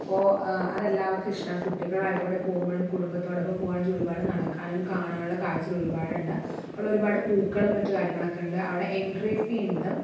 അപ്പോൾ അതെല്ലാവർക്കും ഇഷ്ടമാണ് കുട്ടികളായിക്കോട്ടെ പോകുമ്പോഴും കുടുംബത്തോടൊപ്പം പോകണേൽ ഒരുപാട് നടക്കാനും കാണാനുള്ള കാഴ്ചകൾ ഒരുപാടുണ്ട് അവിടെ ഒരുപാട് പൂക്കളും മറ്റ് കാര്യങ്ങളൊക്കെ ഉണ്ട് അവിടെ എൻട്രി ഫീ ഉണ്ട്